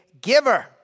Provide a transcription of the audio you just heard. giver